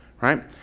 right